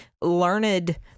learned